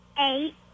Eight